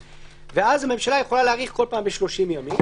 ואז הממשלה יכולה להאריך כל פעם ב-30 יום.